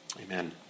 amen